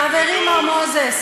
חברי מר מוזס,